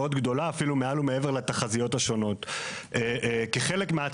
שווי חברות שנחתך באופן אנוש עד כדי כך